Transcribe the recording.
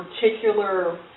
particular